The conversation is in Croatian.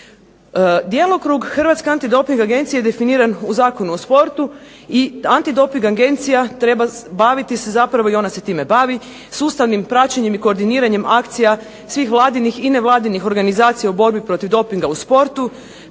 Djelokrug Hrvatske antidoping agencije definiran je u Zakonu o sportu i Antidoping agencija treba se baviti i ona se time bavi sustavnim praćenjem i koordiniranjem akcija svih vladinih i nevladinih organizacija u borbi protiv dopinga u sportu,